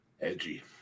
Edgy